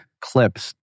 clips